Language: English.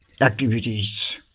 activities